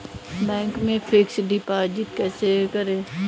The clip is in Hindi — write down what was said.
बैंक में फिक्स डिपाजिट कैसे करें?